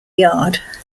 yard